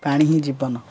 ପାଣି ହିଁ ଜୀବନ